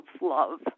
love